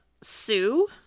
Sue